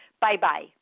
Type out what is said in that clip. Bye-bye